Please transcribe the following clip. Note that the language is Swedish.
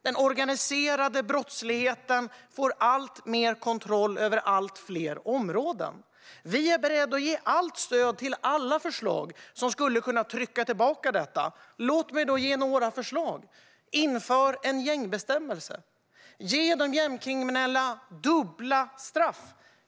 Den organiserade brottsligheten får alltmer kontroll över allt fler områden. Vi är beredda att ge allt stöd till alla förslag som skulle kunna trycka tillbaka detta. Låt mig ge några förslag: Inför en gängbestämmelse - ge de gängkriminella dubbla straff.